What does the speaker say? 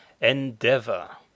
endeavor